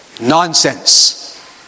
Nonsense